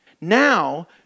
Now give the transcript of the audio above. Now